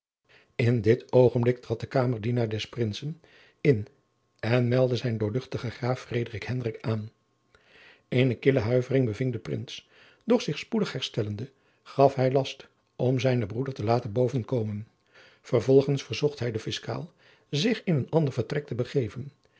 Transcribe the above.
in dit oogenblik trad de kamerdienaar des prinsen in en meldde zijne doorl graaf frederik hendrik aan eene kille huivering beving den prins doch zich spoedig herstellende gaf hij last om zijnen broeder te laten bovenkomen vervolgens verzocht hij den fiscaal zich in een ander vertrek te begeven